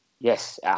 Yes